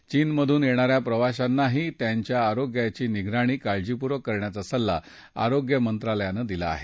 चीनमधून येणा या प्रवाशांनाही त्यांच्या आरोग्याची निगराणी काळजीपूर्वक करण्याचा सल्ला आरोग्य मंत्रालयानं दिला आहे